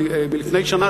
מלפני שנה,